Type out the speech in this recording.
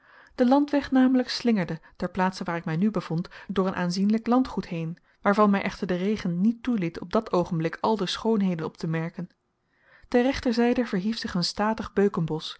de landweg namelijk slingerde ter plaatse waar ik mij nu bevond door een aanzienlijk landgoed heen waarvan mij echter de regen niet toeliet op dat oogenblik al de schoonheden op te merken ter rechterzijde verhief zich een statig beukenbosch